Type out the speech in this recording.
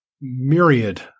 myriad